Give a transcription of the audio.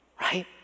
right